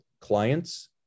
clients